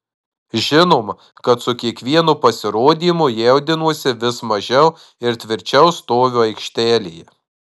žinoma kad su kiekvienu pasirodymu jaudinuosi vis mažiau ir tvirčiau stoviu aikštelėje